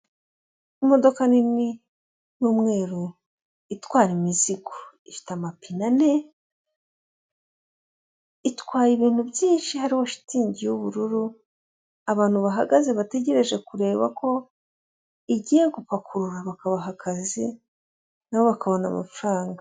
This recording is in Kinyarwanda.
Imodoka nini y'umweru itwara imizigo, ifite amapinane, itwaye ibintu byinshi hariho shitingi y'ubururu abantu bahagaze bategereje kureba ko igiye gupakurura bakabaha akazi na bo bakabona amafaranga.